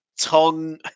Tong